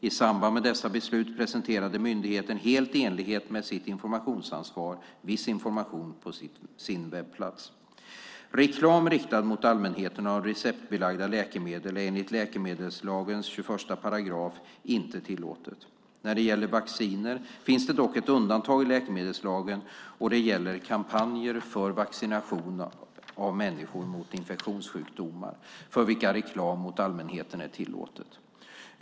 I samband med dessa beslut presenterade myndigheten helt i enlighet med sitt informationsansvar viss information på sin webbplats. Reklam riktad mot allmänheten av receptbelagda läkemedel är enligt läkemedelslagens 21 § a inte tillåtet. När det gäller vacciner finns det dock ett undantag i läkemedelslagen och det gäller kampanjer för vaccination av människor mot infektionssjukdomar, för vilka reklam mot allmänheten är tillåtet.